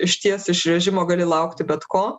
išties iš režimo gali laukti bet ko